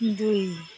दुई